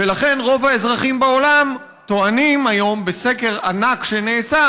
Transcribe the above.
ולכן רוב האזרחים בעולם טוענים היום בסקר ענק שנעשה,